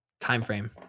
timeframe